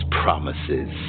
promises